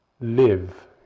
live